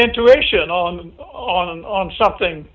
intuition on on on something